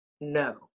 no